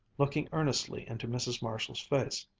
looking earnestly into mrs. marshall's face.